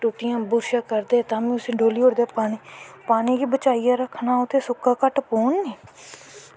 टूटियें brush करदे तां बी उसी डोहली ओड़दे पानीं पानी गी बचाईयै रक्खनां होऐ ते सुक्का घट्ट पौह्ग नी